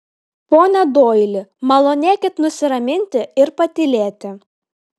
pone doili malonėkit nusiraminti ir patylėti